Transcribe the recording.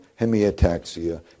hemiataxia